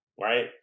Right